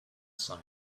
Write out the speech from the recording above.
sign